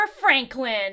Franklin